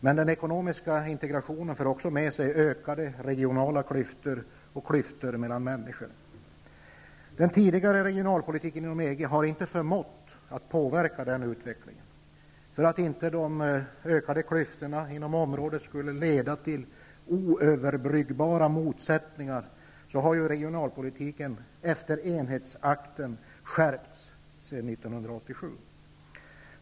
Men den ekonomiska integrationen för också med sig ökade regionala klyftor och klyftor mellan människor. Den tidigare regionalpolitiken inom EG har inte förmått påverka denna utveckling. För att inte de ökade klyftorna inom området skulle leda till oöverbryggbara motsättningar, har regionalpolitiken efter Enhetsakten skärpts sedan 1987.